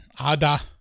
Ada